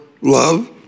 love